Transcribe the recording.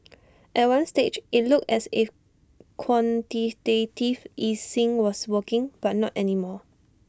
at one stage IT looked as if quantitative easing was working but not any more